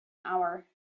hour